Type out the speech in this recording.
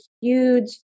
huge